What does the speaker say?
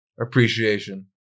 appreciation